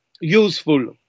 useful